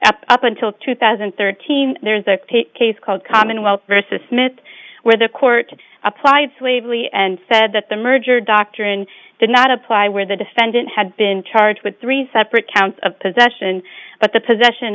up until two thousand and thirteen there's a case called commonwealth versus mit where the court applied waverley and said that the merger doctrine did not apply where the defendant had been charged with three separate counts of possession but the possession